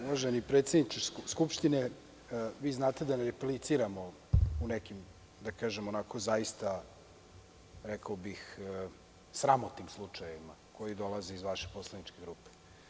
Uvaženi predsedniče Skupštine, vi znate da ne repliciramo u nekim, da kažem, zaista sramotnim slučajevima koji dolaze iz vaše poslaničke grupe.